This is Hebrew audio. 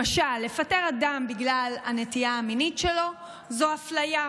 למשל, לפטר אדם בגלל הנטייה המינית שלו זה אפליה.